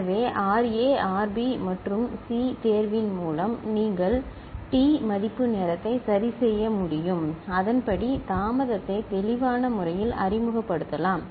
எனவே RA RB மற்றும் C தேர்வின் மூலம் நீங்கள் T மதிப்பு நேரத்தை சரிசெய்ய முடியும் அதன்படி தாமதத்தை தெளிவான முறையில் அறிமுகப்படுத்தலாம்